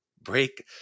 break